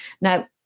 now